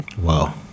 wow